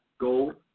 Gold